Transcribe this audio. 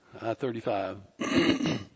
i-35